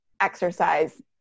exercise